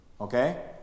Okay